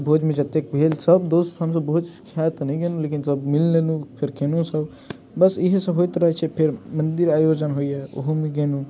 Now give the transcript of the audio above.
तऽ भोजमे जतेक भेल सब दोस्त हमसब भोज खाइ तऽ नहि गेलहुँ लेकिन सब मिल लेलहुँ फेर खयलहुँ सब बस इहे सब होइत रहैत छै फेर मन्दिर आयोजन होइया ओहोमे गेलहुँ